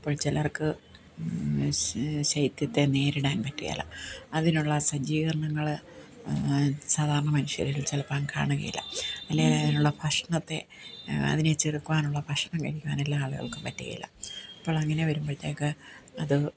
അപ്പോൾ ചിലർക്ക് ശ് ശൈത്യത്തെ നേരിടാൻ പറ്റുകയില്ല അതിനുള്ള സജ്ജീകരണങ്ങള് സാധാരണ മനുഷ്യരിൽ ചിലപ്പം കാണുകയില്ല അല്ലേല് അതിനുള്ള ഭക്ഷണത്തെ അതിനെ ചെറുക്കുവാനുള്ള ഭക്ഷണം കഴിക്കുവാൻ എല്ലാവർക്കും പറ്റുകയില്ല അപ്പോൾ അങ്ങനെ വരുമ്പഴത്തേക്ക് അത്